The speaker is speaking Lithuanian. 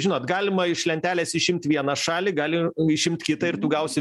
žinot galima iš lentelės išimt vieną šalį gali išimt kitą ir tu gausi